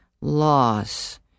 Laws